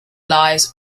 lies